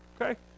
Okay